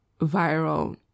viral